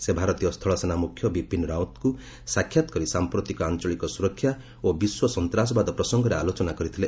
ସେ ଭାରତୀୟ ସ୍ଥଳସେନା ମୁଖ୍ୟ ବିପିନ୍ ରାଓ୍ୱତଙ୍କୁ ସାକ୍ଷାତ କରି ସାଂପ୍ରତିକ ଆଞ୍ଚଳିକ ସୁରକ୍ଷା ଓ ବିଶ୍ୱ ସନ୍ତାସବାଦ ପ୍ରସଙ୍ଗରେ ଆଲୋଚନା କରିଥିଲେ